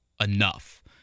enough